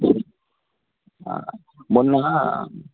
మొన్న